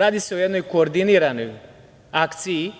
Radi se o jednoj koordiniranoj akciji